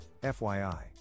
FYI